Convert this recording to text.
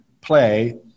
play